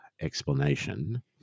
explanation